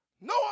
No